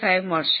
875 મળશે